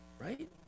right